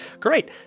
Great